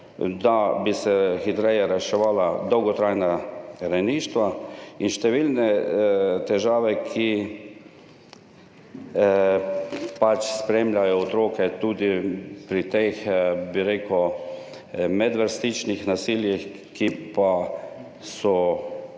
da bi se hitreje reševala dolgotrajna rejništva in številne težave, ki pač spremljajo otroke tudi pri tem medvrstniškem nasilju, ki pa je